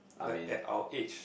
like at our age